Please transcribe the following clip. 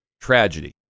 tragedy